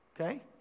okay